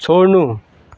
छोड्नु